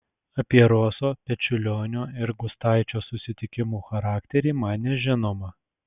apie roso pečiulionio ir gustaičio susitikimų charakterį man nežinoma